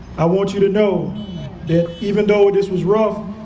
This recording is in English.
i want you to know that even though this was rough,